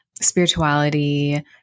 spirituality